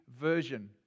version